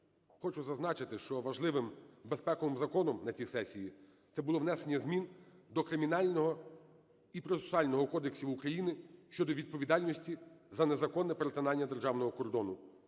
хочу зазначити, що важливимбезпековим законом на цій сесії - це було внесення змін до Кримінального і процесуального кодексів України щодо відповідальності за незаконне перетинання державного кордону.